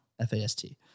F-A-S-T